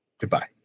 Goodbye